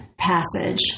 Passage